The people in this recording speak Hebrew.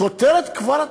מכותרת כבר את